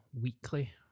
weekly